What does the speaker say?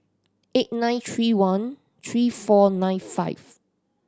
eight nine three one three four nine five